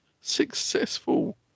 Successful